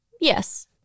Yes